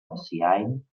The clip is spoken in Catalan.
messiaen